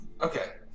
Okay